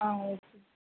ஆ okay